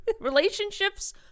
Relationships